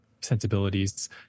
sensibilities